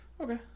Okay